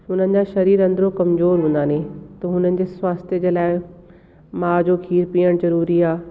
हुननि जा शरीरु अंदरु कमज़ोर हूंदा नि त हुननि जे स्वास्थ्य जे लाइ माउ जो खीरु पीअण ज़रूरी आहे